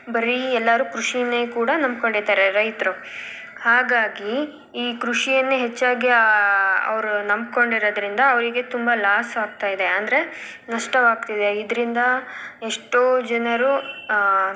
ಬರೀ ಎಲ್ಲರೂ ಕೃಷಿನೇ ಕೂಡ ನಂಬ್ಕೊಂಡಿದ್ದಾರೆ ರೈತರು ಹಾಗಾಗಿ ಈ ಕೃಷಿಯನ್ನೇ ಹೆಚ್ಚಾಗಿ ಅವರು ನಂಬ್ಕೊಂಡಿರೋದ್ರಿಂದ ಅವರಿಗೆ ತುಂಬ ಲಾಸ್ ಆಗ್ತಾ ಇದೆ ಅಂದರೆ ನಷ್ಟವಾಗ್ತಿದೆ ಇದರಿಂದ ಎಷ್ಟೋ ಜನರು